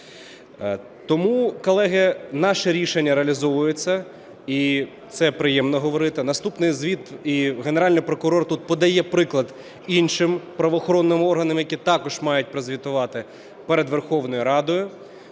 Тому, колеги, наше рішення реалізовується, і це приємно говорити. Наступний звіт, і Генеральний прокурор тут подає приклад іншим правоохоронним органам, які також мають прозвітувати перед Верховною Радою,